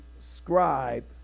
scribe